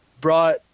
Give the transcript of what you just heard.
brought